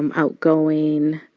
um outgoing,